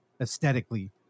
aesthetically